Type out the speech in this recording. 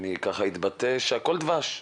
אני אתבטא כך, שהכל דבש.